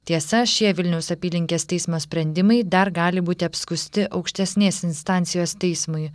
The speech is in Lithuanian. tiesa šie vilniaus apylinkės teismo sprendimai dar gali būti apskųsti aukštesnės instancijos teismui